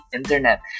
internet